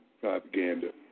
propaganda